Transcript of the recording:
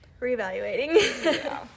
reevaluating